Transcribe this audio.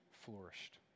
flourished